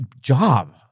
job